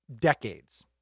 decades